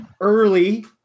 early